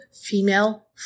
female